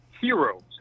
heroes